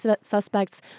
suspects